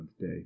day